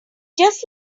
just